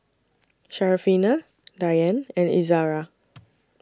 Syarafina Dian and Izara